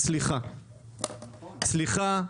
סליחה, סליחה,